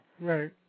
Right